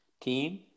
team